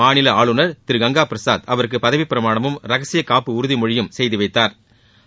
மாநில ஆளுநர் திரு கங்கா பிரசாத் அவருக்கு பதவிப் பிரமாணமும் ரகசிய காப்புப் உறுதிமொழி செய்து வைத்தாா்